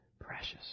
precious